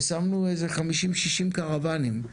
ושמנו 50-60 קרוואנים.